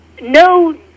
No